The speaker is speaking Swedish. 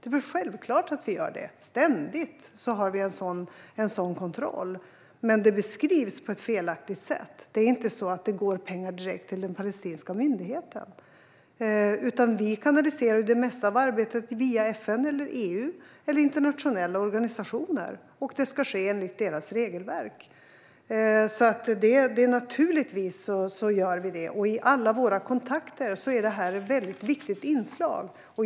Det är självklart att vi gör det; vi har ständigt en sådan kontroll. Men det beskrivs på ett felaktigt sätt. Det går inga pengar direkt till den palestinska myndigheten, utan vi kanaliserar det mesta av arbetet via FN, EU eller internationella organisationer. Det ska ske enligt deras regelverk. Naturligtvis gör vi så, och i alla våra kontakter är detta ett viktigt inslag.